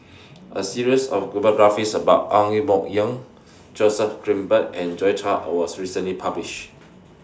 A series of biographies about Ang Yoke Mooi Joseph Grimberg and Joi Chua was recently published